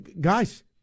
Guys